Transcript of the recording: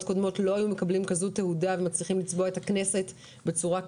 קודמות לא היו מקבלים כזו תהודה ומצליחים לצבוע את הכנסת בצורה כזו.